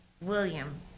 William